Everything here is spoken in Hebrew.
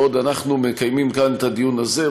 בעוד אנחנו מקיימים כאן את הדיון הזה,